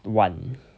one